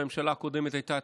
כשהממשלה הקודמת הייתה,